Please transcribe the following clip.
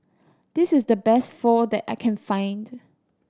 this is the best Pho that I can find